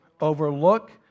overlook